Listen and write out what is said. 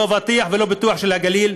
לא אבטיח ולא פיתוח של הגליל,